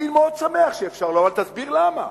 אני מאוד שמח שאפשר לא, אבל תסביר למה.